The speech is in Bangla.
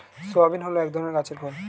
সোয়াবিন হল এক ধরনের গাছের ফল